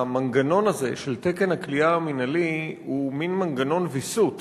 המנגנון הזה של תקן הכליאה המינהלי הוא מין מנגנון ויסות